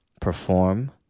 perform